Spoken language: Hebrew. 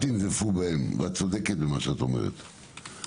את צודקת כשאת אומרת לא לנזוף בהם.